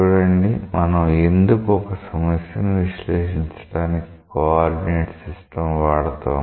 చూడండి మనం ఎందుకు ఒక సమస్యను విశ్లేషించడానికి కోఆర్డినేట్ సిస్టం వాడతాము